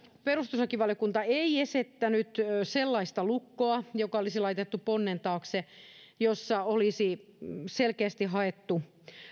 perustuslakivaliokunta ei esittänyt sellaista lukkoa joka olisi laitettu ponnen taakse ja jossa olisi selkeästi haettu